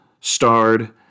starred